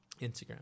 Instagram